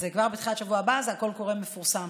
אז כבר בתחילת השבוע הבא הקול קורא יפורסם.